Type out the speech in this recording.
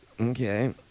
Okay